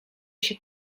się